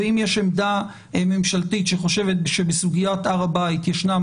אם יש עמדה ממשלתית שחושבת שבסוגיית הר הבית ישנם